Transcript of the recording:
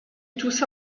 toussa